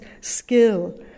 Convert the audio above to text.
skill